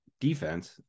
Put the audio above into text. defense